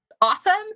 awesome